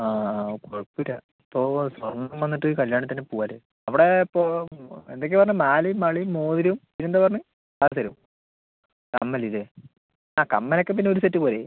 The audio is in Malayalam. ആ കുഴപ്പമില്ല ഇപ്പോൾ സ്വർണ്ണം വന്നിട്ട് കല്യാണത്തിന് പോവാമല്ലേ അവിടെ ഇപ്പോൾ എന്തൊക്കെയാണ് പറഞ്ഞേ മാലയും വളയും മോതിരവും പിന്നെയെന്താ പറഞ്ഞേ പാദസരവും കമ്മലല്ലേ ആ കമ്മലൊക്കെ പിന്നെ ഒരു സെറ്റ് പോരേ